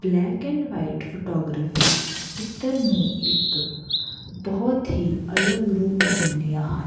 black and white photography ਚਿੱਤਰ ਨੂੰ ਇੱਕ ਬਹੁਤ ਹੀ ਅਲੱਗ ਰੂਪ ਦਿੰਦੀਆਂ ਹਨ